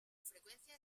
frecuencia